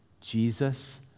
Jesus